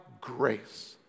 grace